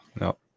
No